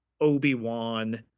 Obi-Wan